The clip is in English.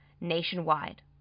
nationwide